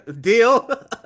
deal